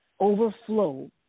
overflow